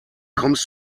kommst